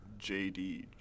JD